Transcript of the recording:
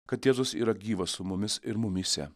kad jėzus yra gyvas su mumis ir mumyse